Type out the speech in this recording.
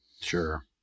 sure